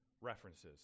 references